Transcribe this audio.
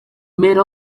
made